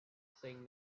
saying